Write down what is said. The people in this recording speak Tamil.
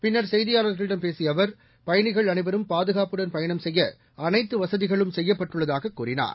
பின்னர் செய்தியாளர்களிடம் பேசிய அவர் பயணிகள் அனைவரும் பாதுகாப்புடன் பயணம் செய்ய அனைத்து வசதிகளும் செய்யப்பட்டுள்ளதாக கூறினார்